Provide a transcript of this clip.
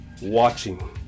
watching